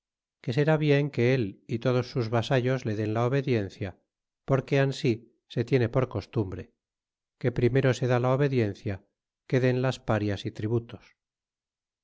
que será bien que el y todos sus vasallos le den la obediencia porque ansi se tiene por costumbre que primero se da la obediencia que den las parias é tributos